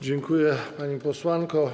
Dziękuję, pani posłanko.